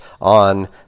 on